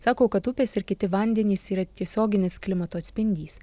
sako kad upės ir kiti vandenys yra tiesioginis klimato atspindys